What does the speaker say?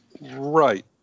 right